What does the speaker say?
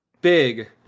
big